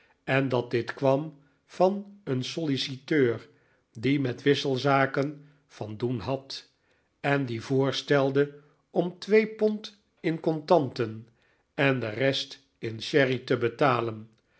en dat dit kwam van een solliciteur die met wisselzaken van doen had en die voorstelde om twee pond in contanten en de rest in sherry te betalen